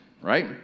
right